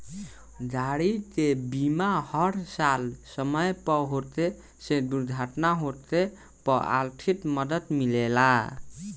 गाड़ी के बीमा हर साल समय पर होखे से दुर्घटना होखे पर आर्थिक मदद मिलेला